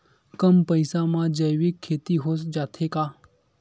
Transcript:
कम पईसा मा जैविक खेती हो जाथे का?